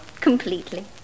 completely